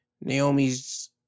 Naomi's